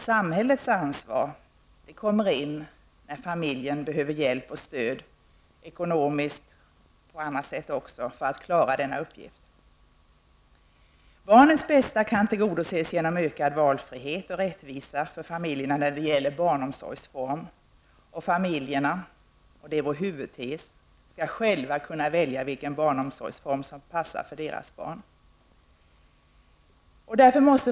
Samhällets ansvar kommer in när familjen behöver hjälp och stöd ekonomiskt och på annat sätt för att klara denna uppgift. Barnets bästa kan tillgodoses genom ökad valfrihet och rättvisa för familjerna när det gäller barnomsorgsform. Familjerna skall, det är vår huvudtes, själva kunna välja vilken omsorgsform som bäst passar för deras barn.